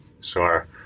Sure